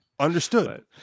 understood